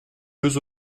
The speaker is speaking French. deux